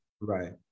Right